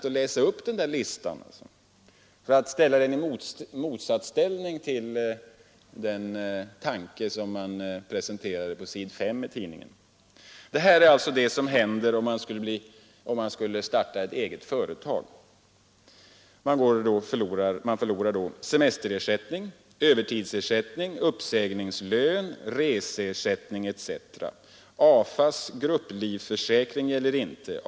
Låt mig den listan för att ställa den i motsats till den tanke som presenterades på s. 5 i tidningen. Om man startar ett eget företag, heter det, förlorar man ättning, uppsägningslön, reseersättning :s grupplivförsäkring gäller inte.